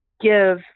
give